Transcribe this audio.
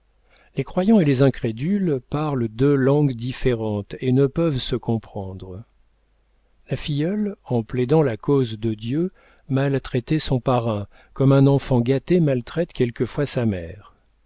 les croyants et les incrédules parlent deux langues différentes et ne peuvent se comprendre la filleule en plaidant la cause de dieu maltraitait son parrain comme un enfant gâté maltraite quelquefois sa mère